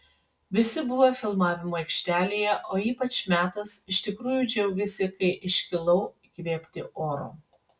visi buvę filmavimo aikštelėje o ypač metas iš tikrųjų džiaugėsi kai iškilau įkvėpti oro